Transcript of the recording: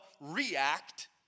react